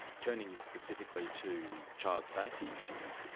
turning specifically to child safety issues,